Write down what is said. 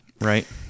Right